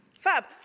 Fab